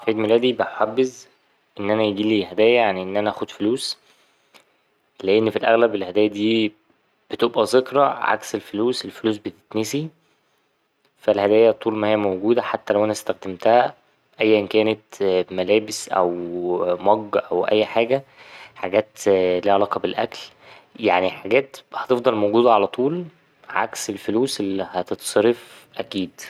في عيد ميلادي بحبذ إن أنا يجيلي هدايا عن إن أنا أخد فلوس لأن في الأغلب الهدايا دي بتبقى ذكرى عكس الفلوس، الفلوس بتتنسي فا الهدايا طول ما هي موجودة حتى لو أنا اتسخدمتها ايا كانت ملابس أو مج أو اي حاجة حاجات ليها علاقة بالأكل يعني حاجات هتفضل موجودة علطول عكس الفلوس اللي هتتصرف أكيد.